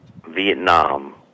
Vietnam